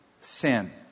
sin